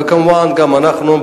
וכמובן גם אנחנו,